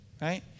right